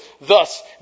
Thus